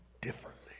differently